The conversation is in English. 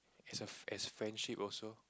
as a as friendship also